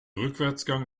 rückwärtsgang